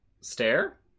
stare